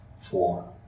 four